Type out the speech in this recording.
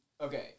Okay